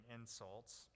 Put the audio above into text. insults